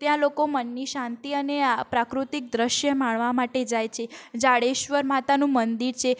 ત્યાં લોકો મનની શાંતિ અને આ પ્રાકૃતિક દૃશ્ય માણવા માટે જાય છે જાડેશ્વર માતાનું મંદિર છે